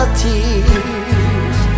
tears